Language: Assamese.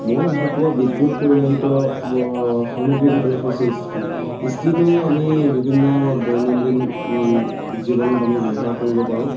মই ভাল পোৱা বিদ্যুৎ পৰিবাহিত সামগ্ৰীৰ ভিতৰত হৈছে ইস্ত্ৰি ইস্ত্ৰিটো আমি বিভিন্ন দৈনন্দিন জীৱনত আমি ব্য়ৱহাৰ কৰিব পাৰোঁ